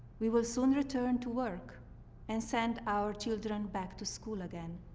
we will soon return to work and send our children back to school again.